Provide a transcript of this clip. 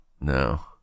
No